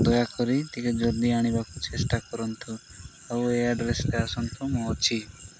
ଦୟାକରି ଟିକେ ଜଲ୍ଦି ଆଣିବାକୁ ଚେଷ୍ଟା କରନ୍ତୁ ଆଉ ଏ ଆଡ୍ରେସରେ ଆସନ୍ତୁ ମୁଁ ଅଛି